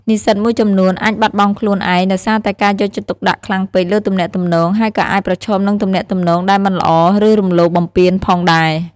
និស្សិតមួយចំនួនអាចបាត់បង់ខ្លួនឯងដោយសារតែការយកចិត្តទុកដាក់ខ្លាំងពេកលើទំនាក់ទំនង ហើយក៏អាចប្រឈមនឹងទំនាក់ទំនងដែលមិនល្អ ឬរំលោភបំពានផងដែរ។